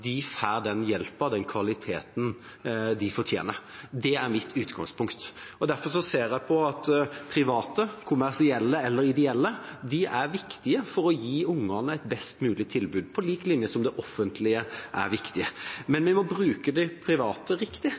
får den hjelpen og den kvaliteten de fortjener. Det er mitt utgangspunkt. Derfor ser jeg at private, kommersielle eller ideelle, er viktige for å gi ungene et best mulig tilbud, på lik linje som offentlige tilbud er viktige. Men vi må bruke de private riktig. Det betyr at kommuner og